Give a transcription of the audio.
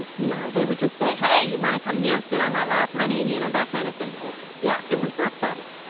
and you know, they would just say, hey, you want to come here? sit on my lap, honey? you know, that kind of thing lord yeah. it was not subtle